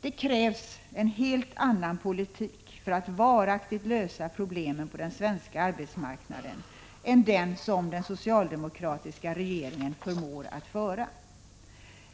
Det krävs en helt annan politik för att varaktigt lösa problemen för den svenska arbetsmarknaden än den som den socialdemokratiska regeringen förmår att föra.